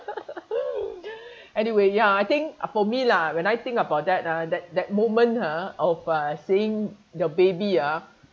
anyway ya I think for me lah when I think about that ah that that moment ha of uh seeing your baby ah